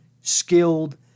skilled